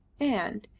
and,